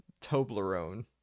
Toblerone